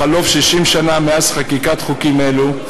בחלוף 60 שנה מאז חקיקת חוקים אלו,